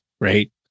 right